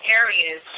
areas